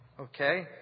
Okay